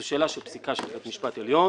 זו שאלה של פסיקה של בית משפט עליון